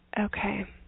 Okay